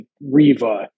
Riva